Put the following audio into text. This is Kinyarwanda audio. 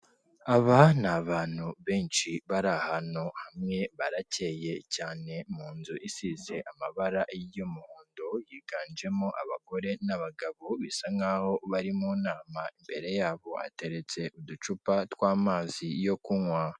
Aba ni abantu benshi bari ahantu hamwe, barakeye cyane, mu nzu isize amabara y'umuhondo, yiganjemo abagore n'abagabo bisa nk'aho bari mu nama, imbere yabo hateretse uducupa tw'amazi yo kunywa.